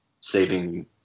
saving